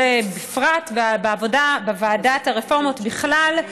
בפרט ומהעבודה בוועדת הרפורמות בכלל.